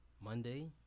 Monday